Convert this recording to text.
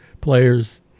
players